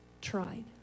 tried